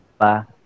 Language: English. ba